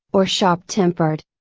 or sharp tempered.